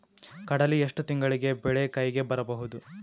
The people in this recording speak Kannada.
ಕಡಲಿ ಎಷ್ಟು ತಿಂಗಳಿಗೆ ಬೆಳೆ ಕೈಗೆ ಬರಬಹುದು?